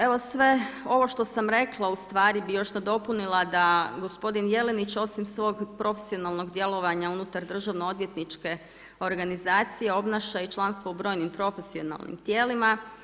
Evo sve ovo što sam rekla u stvari bi još nadopunila da gospodin Jelinić osim svog profesionalnog djelovanja unutar državno-odvjetničke organizacije obnaša i članstvo u brojnim profesionalnim tijelima.